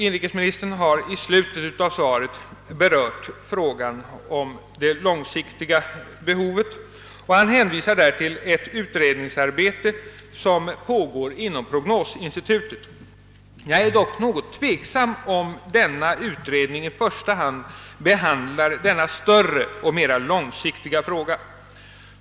Inrikesministern har i slutet av svaret berört frågan om det långsiktiga behovet och hänvisar till ett utredningsarbete som pågår inom prognosinstitutet. Jag är dock något tveksam om huruvida denna utredning i första hand behandlar denna större och mera långsiktiga fråga.